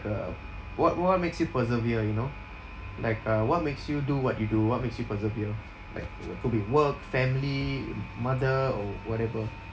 uh what what makes you persevere you know like uh what makes you do what you do what makes you persevere like wha~ could be work family mother or whatever